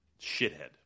Shithead